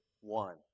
one